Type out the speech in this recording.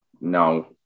No